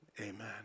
Amen